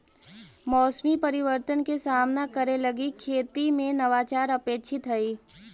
मौसमी परिवर्तन के सामना करे लगी खेती में नवाचार अपेक्षित हई